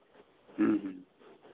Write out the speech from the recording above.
ᱦᱮᱸ ᱦᱮᱸ